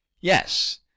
yes